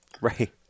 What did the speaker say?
Right